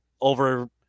over